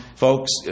Folks